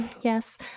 Yes